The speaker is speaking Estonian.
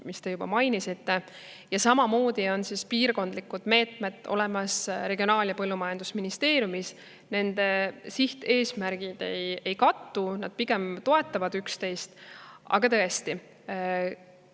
keda te juba mainisite –, ja samamoodi on piirkondlikud meetmed olemas Regionaal‑ ja Põllumajandusministeeriumis. Nende eesmärgid ei kattu, need pigem toetavad üksteist. Aga tõesti,